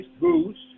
boost